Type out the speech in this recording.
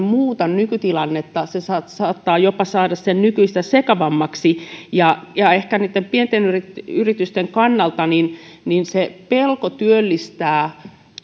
muuta nykytilannetta se saattaa jopa saada sen nykyistä sekavammaksi ja ja pienten yritysten kannalta se pelko työllistää